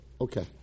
Okay